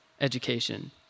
education